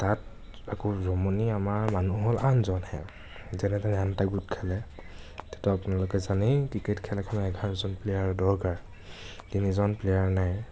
তাত আকৌ জমনি আমাৰ মানুহ হ'ল আঠজনহে যেনেতেনে আন এটা গোট খালে তাতে আপোনালোকে জানেই ক্ৰিকেট খেল এখনত এঘাৰজন প্লেয়াৰ দৰকাৰ তিনিজন প্লেয়াৰ নাই